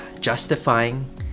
justifying